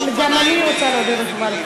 גם אני רוצה